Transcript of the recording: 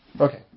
Okay